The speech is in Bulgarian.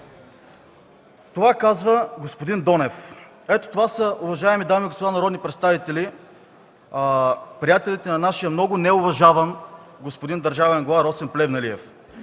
Това казва господин Донев. Ето това са, уважаеми дами и господа народни представители, приятелите на нашия много неуважаван господин държавен глава Росен Плевнелиев.